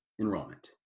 enrollment